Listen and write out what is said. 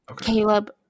Caleb